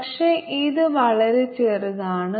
പക്ഷേ ഇത് വളരെ ചെറുതാണ്